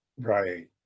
Right